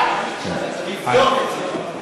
תבדוק את זה.